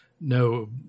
No